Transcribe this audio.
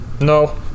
No